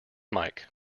mic